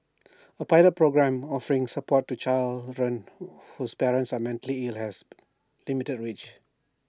A pilot programme offering support to children whose parents are mentally ill has limited reach